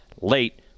late